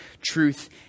truth